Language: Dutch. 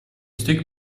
stuk